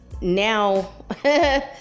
now